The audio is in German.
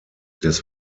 des